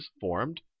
formed